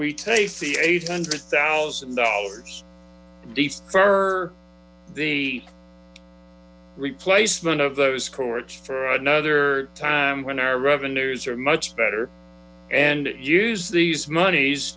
we take the eight hundred thousand dollars deep fur the replacement of those cords for another time when our revenues are much better and use these money